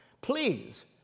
Please